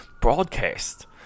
broadcast